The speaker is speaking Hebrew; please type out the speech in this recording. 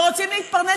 ורוצים להתפרנס,